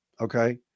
Okay